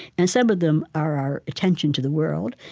and some of them are our attention to the world,